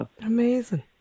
amazing